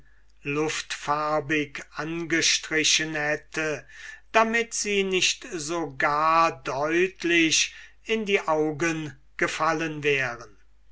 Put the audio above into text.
luftfarbig angestrichen hätte damit sie nicht so gar deutlich in die augen gefallen wären